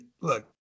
look